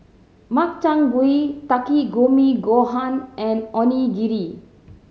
Makchang Gui Takikomi Gohan and Onigiri